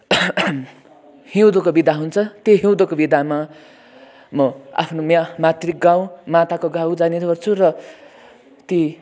हिउँदको बिदा हुन्छ त्यो हिउँदको बिदामा म आफ्नो यहाँ मातृगाउँ माताको गाउँ जाने गर्छु र ती